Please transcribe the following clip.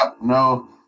No